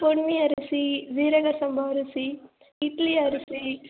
பொன்னி அரிசி ஜீரக சம்பா அரிசி இட்லி அரிசி